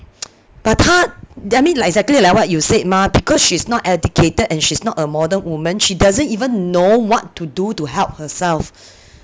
but 她 that mean like exactly like what you said mah because she's not educated and she's not a modern woman she doesn't even know what to do to help herself